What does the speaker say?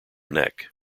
neck